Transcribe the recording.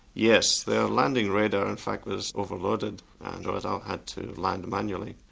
yes, their landing radar in fact was overloaded and had um had to land manually.